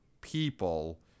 people